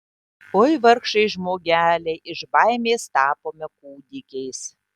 oi vargšai žmogeliai iš baimės tapome kūdikiais